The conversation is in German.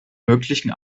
möglichen